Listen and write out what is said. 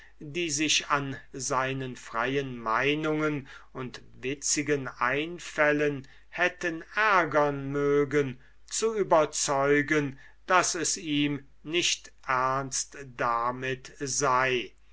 die sich an seinen freien meinungen und witzigen einfällen hätten ärgern mögen zu überzeugen daß es ihm nicht ernst damit sei